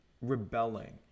rebelling